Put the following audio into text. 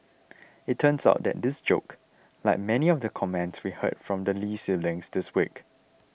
it turns out that this joke like many of the comments we heard from the Lee siblings this week